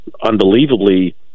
unbelievably